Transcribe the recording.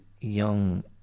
young